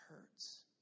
hurts